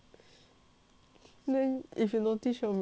then if you notice 我每次只穿一个 shoe